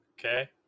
Okay